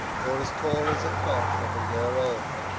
or as tall as a calf of a year old.